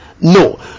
No